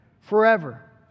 forever